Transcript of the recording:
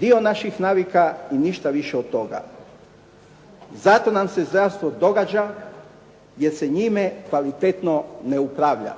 Dio naših navika i ništa više od toga. Zato nam se zdravstvo događa jer se njime kvalitetno ne upravlja.